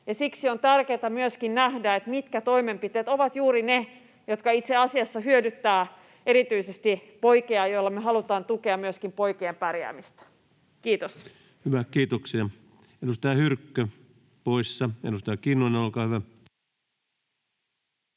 Siksi on tärkeätä myöskin nähdä, mitkä toimenpiteet ovat juuri ne, jotka itse asiassa hyödyttävät erityisesti poikia ja joilla me halutaan tukea poikien pärjäämistä. — Kiitos. Hyvä, kiitoksia. — Edustaja Hyrkkö poissa. — Edustaja Kinnunen, olkaa hyvä.